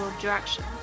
direction